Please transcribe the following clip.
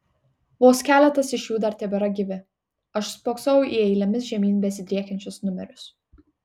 vos keletas iš jų dar tebėra gyvi aš spoksojau į eilėmis žemyn besidriekiančius numerius